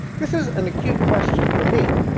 this is an acute question for me,